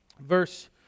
verse